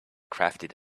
crafted